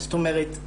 זאת אומרת,